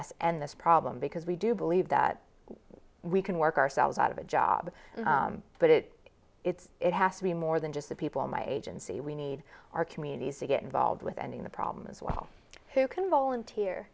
us and this problem because we do believe that we can work ourselves out of a job but it it's it has to be more than just the people in my agency we need our communities to get involved with ending the problem as well who can volunteer